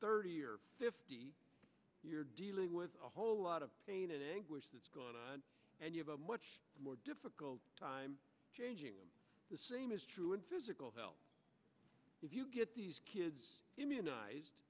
thirty or fifty you're dealing with a whole lot of pain and anguish and you have a much more difficult time changing the same is true in physical health if you get these kids immunized